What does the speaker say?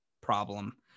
problem